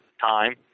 time